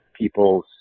people's